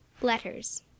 Letters